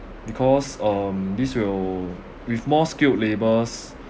because um this will with more skilled labours